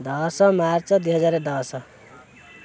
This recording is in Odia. ଦଶ ମାର୍ଚ୍ଚ ଦୁଇ ହଜାର ଦଶ